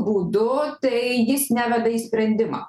būdu tai jis neveda į sprendimą